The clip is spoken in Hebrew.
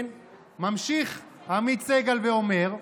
ממשיך עמית סגל ואומר: